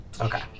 okay